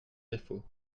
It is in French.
défaut